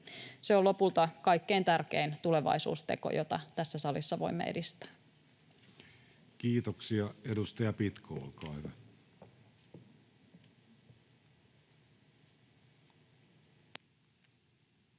Se on lopulta kaikkein tärkein tulevaisuusteko, jota tässä salissa voimme edistää. [Speech 62] Speaker: Jussi